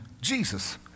Jesus